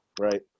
Right